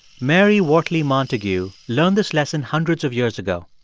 mary wortley montagu learned this lesson hundreds of years ago.